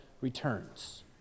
returns